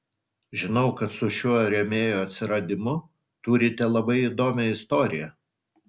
žinau kad su šiuo rėmėjo atsiradimu turite labai įdomią istoriją